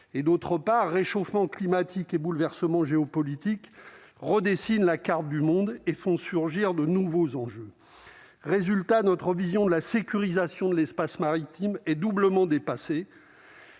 et d'autre part, réchauffement climatique et bouleversements géopolitiques redessine la carte du monde et font surgir de nouveaux enjeux résultat notre vision de la sécurisation de l'espace maritime est doublement dépassée,